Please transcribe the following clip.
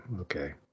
Okay